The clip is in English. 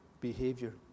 behavior